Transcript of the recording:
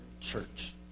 church